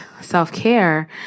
self-care